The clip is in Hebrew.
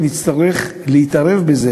נצטרך להתערב בזה,